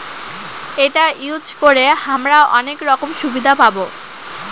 এটা ইউজ করে হামরা অনেক রকম সুবিধা পাবো